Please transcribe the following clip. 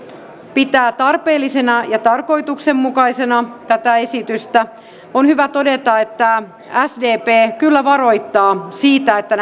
pitää tarpeellisena ja tarkoituksenmukaisena tätä esitystä on hyvä todeta että sdp kyllä varoittaa siitä että